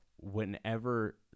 whenever